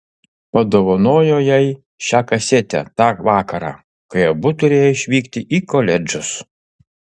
padovanojo jai šią kasetę tą vakarą kai abu turėjo išvykti į koledžus